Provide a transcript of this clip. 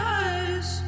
eyes